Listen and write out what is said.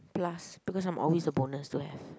plus because I'm always the bonus to have